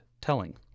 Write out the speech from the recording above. telling